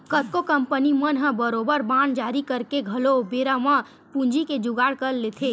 कतको कंपनी मन ह बरोबर बांड जारी करके घलो बेरा म पूंजी के जुगाड़ कर लेथे